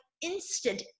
instant